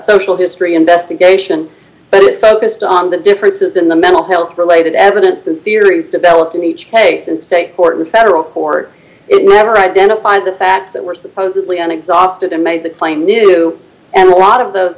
social history investigation but it focused on the differences in the mental health related evidence and theories developed in each case in state court in federal court it never identified the facts that were supposedly on exhausted and made the claim new and a lot of those